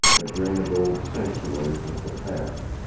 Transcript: the grand old sanctuaries of the past,